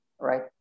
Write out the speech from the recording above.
right